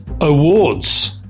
awards